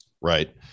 Right